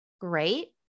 great